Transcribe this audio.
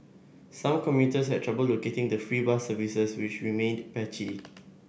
some commuters had trouble locating the free bus services which remained patchy